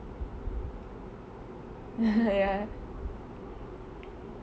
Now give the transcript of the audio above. ya